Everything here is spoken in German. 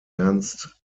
ernst